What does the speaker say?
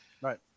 Right